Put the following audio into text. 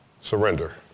surrender